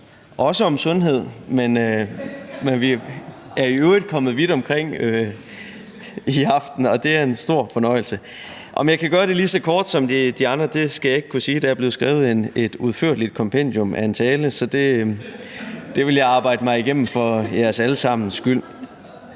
også på sundhed, men vi er i øvrigt kommet vidt omkring i aften, og det er en stor fornøjelse. Om jeg kan gøre det lige så kort som de andre, skal jeg ikke kunne sige. Der er blevet skrevet et udførligt kompendium af en tale, så den vil jeg arbejde mig igennem for jeres alle sammens skyld.